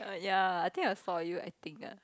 ya I think I saw you I think ah